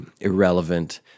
irrelevant